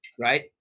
right